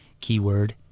Keyword